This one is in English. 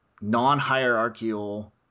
non-hierarchical